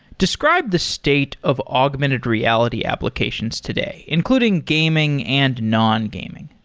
describe the state of augmented reality applications today, including gaming and nongaming.